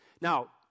Now